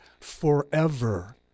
forever